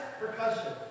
percussion